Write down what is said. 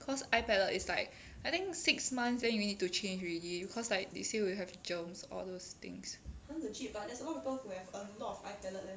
cause eye palette is like I think six months then you need to change already cause like they say will have germs all those things